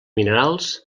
minerals